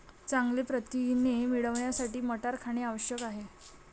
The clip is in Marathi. चांगले प्रथिने मिळवण्यासाठी मटार खाणे आवश्यक आहे